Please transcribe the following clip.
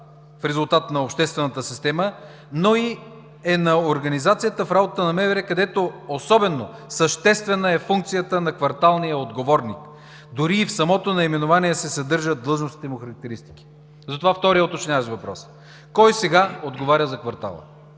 в резултат на обществената система, но е и на организацията в работата на МВР, където особено съществена е функцията на кварталния отговорник. Дори и в самото наименование се съдържат длъжностните му характеристики. Затова е вторият уточняващ въпрос: кой сега отговаря за квартала?